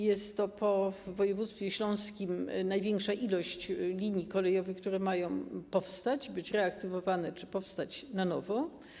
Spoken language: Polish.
Jest to, po województwie śląskim, największa liczba linii kolejowych, które mają powstać, być reaktywowane czy powstać na nowo.